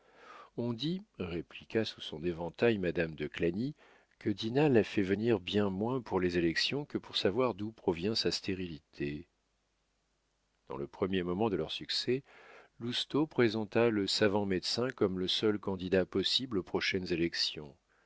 on dit répliqua sous son éventail madame de clagny que dinah l'a fait venir bien moins pour les élections que pour savoir d'où provient sa stérilité dans le premier moment de leur succès lousteau présenta le savant médecin comme le seul candidat possible aux prochaines élections